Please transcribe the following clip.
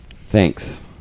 Thanks